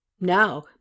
Now